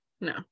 no